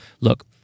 look